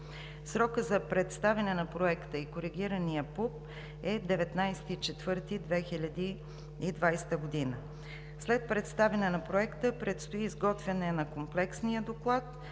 Срокът за представяне на Проекта и на коригирания ПУП е 19 април 2020 г. След представяне на Проекта предстои изготвяне на комплексния доклад,